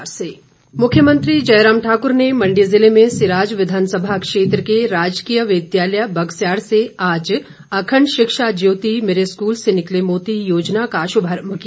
मुख्यमंत्री मुख्यमंत्री जयराम ठाकुर ने मण्डी जिले में सिराज विधानसभा क्षेत्र के राजकीय विद्यालय बगस्याड़ से आज अखण्ड शिक्षा ज्योति मेरे स्कूल से निकले मोती योजना का शुभारम्भ किया